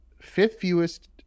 fifth-fewest